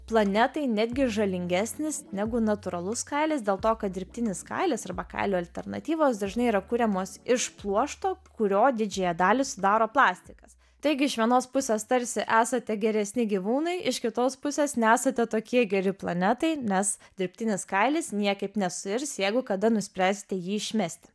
planetai netgi žalingesnis negu natūralus kailis dėl to kad dirbtinis kailis arba kailio alternatyvos dažnai yra kuriamos iš pluošto kurio didžiąją dalį sudaro plastikas taigi iš vienos pusės tarsi esate geresni gyvūnui iš kitos pusės nesate tokie geri planetai nes dirbtinis kailis niekaip nesuirs jeigu kada nuspręsite jį išmesti